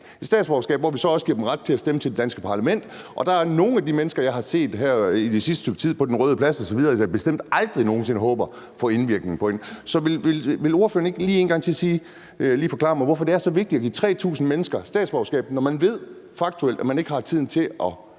et statsborgerskab, hvor vi så også giver dem ret til at stemme til det danske parlament, og nogle af de mennesker, jeg har set det sidste stykke tid på Den Røde Plads osv., håber jeg bestemt aldrig nogen sinde får indvirkning på det. Så vil ordføreren ikke lige en gang til forklare mig, hvorfor det er så vigtigt at give 3.000 mennesker statsborgerskab, når man ved faktuelt, at man ikke har tiden til at